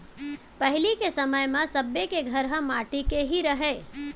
पहिली के समय म सब्बे के घर ह माटी के ही रहय